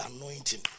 anointing